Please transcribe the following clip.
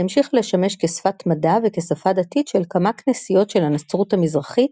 היא המשיכה לשמש כשפת מדע וכשפה דתית של כמה כנסיות של הנצרות המזרחית,